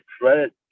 credit